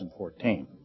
2014